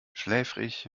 schläfrig